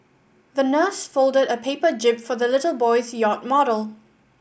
the nurse folded a paper jib for the little boy's yacht model